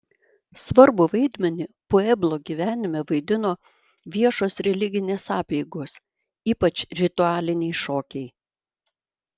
svarbų vaidmenį pueblo gyvenime vaidino viešos religinės apeigos ypač ritualiniai šokiai